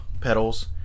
pedals